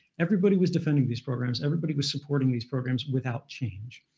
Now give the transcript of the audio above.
everybody was defending these programs. everybody was supporting these programs, without change.